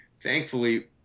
thankfully